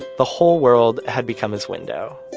the whole world had become his window,